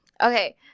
Okay